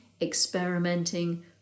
experimenting